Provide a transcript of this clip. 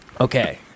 okay